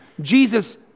Jesus